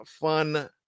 fun